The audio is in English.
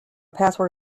password